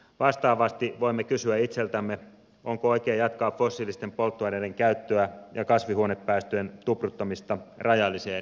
vastaavasti voimme kysyä itseltämme onko oikein jatkaa fossiilisten polttoaineiden käyttöä ja kasvihuonepäästöjen tupruttamista rajalliseen ilmakehäämme